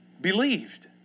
believed